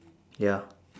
ya